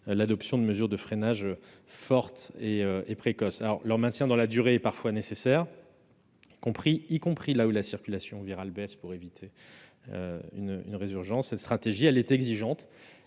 l'adoption de mesures de freinage fortes et précoces. Leur maintien dans la durée est parfois nécessaire, y compris là où la circulation virale baisse, pour éviter une résurgence. Cette stratégie est exigeante,